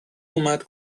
اومد